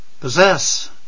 Possess